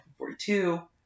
1942